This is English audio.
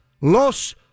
Los